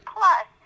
Plus